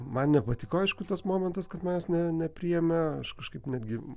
man nepatiko aišku tas momentas kad manęs ne nepriėmė aš kažkaip netgi